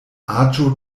aĝo